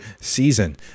season